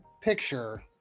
picture